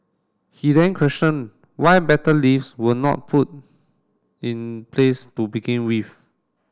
he then question why better lifts were not put in place to begin with